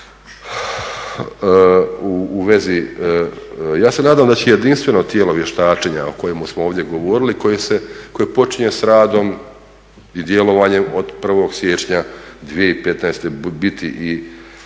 zove. Ja se nadam da će jedinstveno tijelo vještačenja o kojemu smo ovdje govorili i koje počinje s radom i djelovanjem od 1. siječnja 2015. biti i